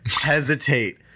hesitate